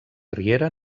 riera